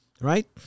right